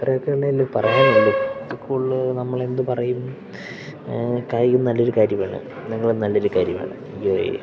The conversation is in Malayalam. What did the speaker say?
ഇത്രയൊക്കെയല്ലേ പറയാനുള്ളൂ ഇതിൽ കൂടുതൽ നമ്മളെന്ത് പറയും കായികം നല്ലൊരു കാര്യമാണ് നിങ്ങളും നല്ലൊരു കാര്യമാണ് യേ